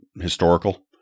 historical